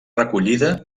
recollida